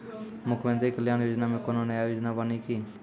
मुख्यमंत्री कल्याण योजना मे कोनो नया योजना बानी की?